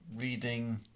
reading